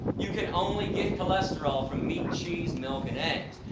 you can only get cholesterol from meat, cheese, milk and eggs.